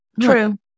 True